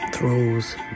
Throws